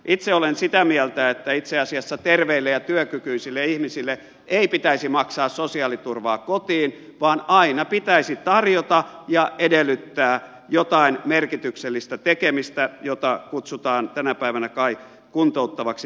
itse olen sitä mieltä että itse asiassa terveille ja työkykyisille ihmisille ei pitäisi maksaa sosiaaliturvaa kotiin vaan aina pitäisi tarjota ja edellyttää jotain merkityksellistä tekemistä jota kutsutaan tänä päivänä kai kuntouttavaksi työtoiminnaksi